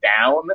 down